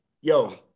yo